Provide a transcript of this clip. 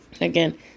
Again